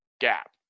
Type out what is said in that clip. gap